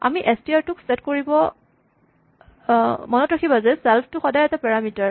আমি S T R টো set কৰিব মনত ৰাখিবা যে ছেল্ফ টো সদায় এটা পাৰামিটাৰ